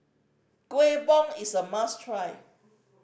Kuih Bom is a must try